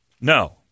No